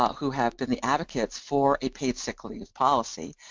who have been the advocates for a paid sick leave policy,